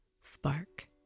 spark